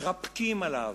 מתרפקים על העבר,